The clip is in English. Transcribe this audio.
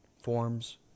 forms